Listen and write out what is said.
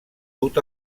dut